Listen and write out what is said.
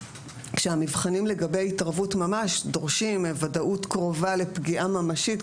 כשהמבחנים לגבי התערבות ממש דורשים וודאות קרובה לפגיעה ממשית,